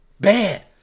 Bad